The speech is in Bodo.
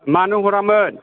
मानो हरामोन